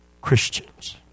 Christians